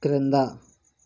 క్రింద